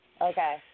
Okay